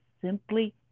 simply